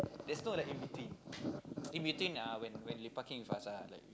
there's no like in between in between ah when when lepaking with us ah like